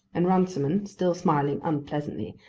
and runciman, still smiling unpleasantly,